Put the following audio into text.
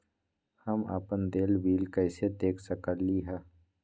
हम अपन देल बिल कैसे देख सकली ह?